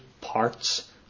parts